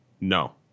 No